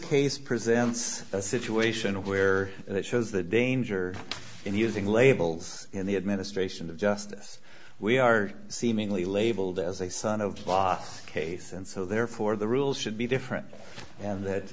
case presents a situation where it shows the danger in using labels in the administration of justice we are seemingly labeled as a son of law case and so therefore the rules should be different and that